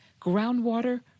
groundwater